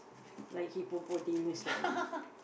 like hippopotamus